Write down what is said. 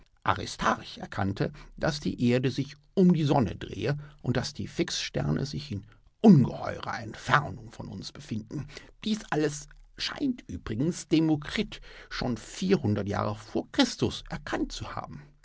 aristarch erkannte daß die erde sich um die sonne drehe und daß die fixsterne sich in ungeheurer entfernung von uns befinden dies alles scheint übrigens demokrit schon jahre vor christus erkannt zu haben